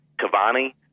Cavani